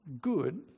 good